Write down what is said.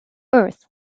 earth